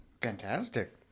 Fantastic